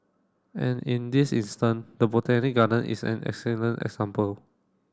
and in this instance the Botanic Garden is an excellent example